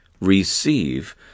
receive